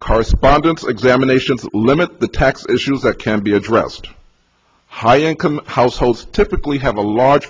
correspondence examinations to limit the tax issues that can be addressed high income households typically have a large